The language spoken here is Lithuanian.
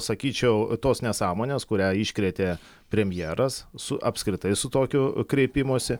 sakyčiau tos nesąmonės kurią iškrėtė premjeras su apskritai su tokiu kreipimosi